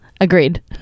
agreed